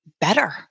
better